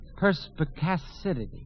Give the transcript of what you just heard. perspicacity